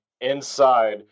inside